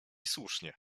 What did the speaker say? słusznie